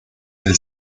del